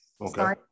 Okay